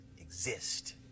exist